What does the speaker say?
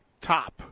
top